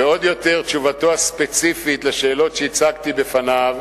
ועוד יותר תשובתו הספציפית על השאלות שהצגתי לפניו,